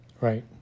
Right